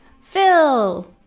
Phil